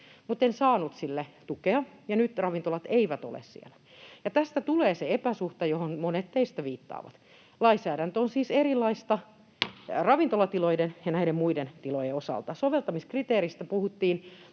mutten saanut sille tukea, ja nyt ravintolat eivät ole siellä. Tästä tulee se epäsuhta, johon monet teistä viittaavat. Lainsäädäntö on siis erilaista ravintolatilojen ja näiden muiden tilojen osalta. Soveltamiskriteeristä puhuttiin,